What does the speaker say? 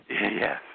Yes